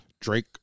Drake